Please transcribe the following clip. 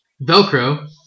Velcro